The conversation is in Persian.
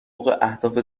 اهداف